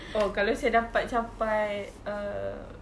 oh kalau saya dapat capai err